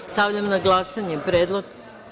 Stavljam, na glasanje ovaj predlog.